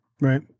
Right